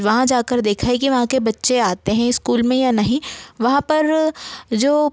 वहाँ जाकर देखा है कि वहाँ के बच्चे आते हैं इस्कूल में या नहीं वहाँ पर जो